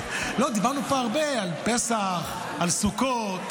דיברנו פה הרבה על פסח, על סוכות.